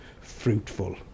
fruitful